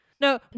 No